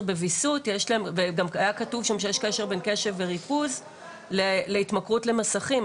בוויסות וגם היה כתוב שם שיש קשר בין קשב וריכוז להתמכרות למסכים.